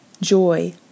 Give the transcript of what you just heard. joy